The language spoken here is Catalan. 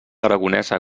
aragonesa